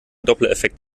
dopplereffekt